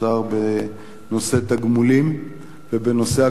בנושא תגמולים ובנושא הקציר,